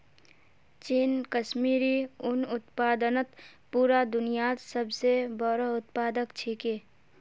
चीन कश्मीरी उन उत्पादनत पूरा दुन्यात सब स बोरो उत्पादक छिके